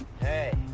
Hey